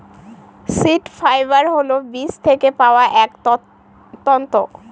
seed fibre হল বীজ থেকে পাওয়া এক তন্তু